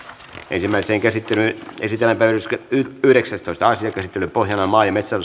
ensimmäiseen käsittelyyn esitellään päiväjärjestyksen yhdeksästoista asia käsittelyn pohjana on